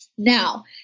Now